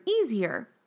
easier